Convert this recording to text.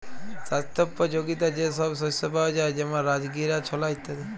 স্বাস্থ্যপ যগীতা যে সব শস্য পাওয়া যায় যেমল রাজগীরা, ছলা ইত্যাদি